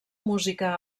música